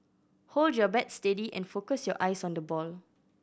hold your bat steady and focus your eyes on the ball